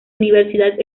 universidad